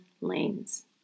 lanes